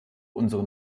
unseren